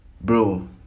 Bro